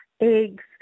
eggs